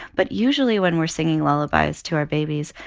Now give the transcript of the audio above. but usually, when we're singing lullabies to our babies,